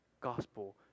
gospel